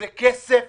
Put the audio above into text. זה כסף